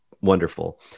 wonderful